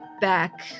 back